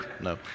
no